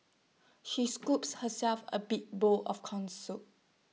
she scooped herself A big bowl of Corn Soup